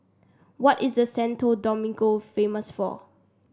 what is the Santo Domingo famous for